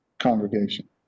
Congregation